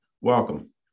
Welcome